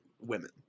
women